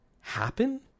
happen